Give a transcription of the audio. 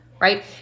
right